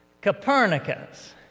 Copernicus